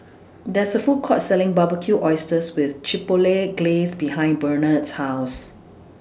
There IS A Food Court Selling Barbecued Oysters with Chipotle Glaze behind Bernhard's House